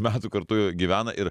metų kartu gyvena ir